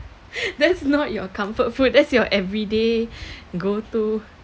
that's not your comfort food that's your everyday go to